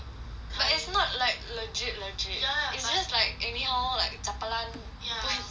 but it's not like legit legit it's just like any how like zhapalang food inside right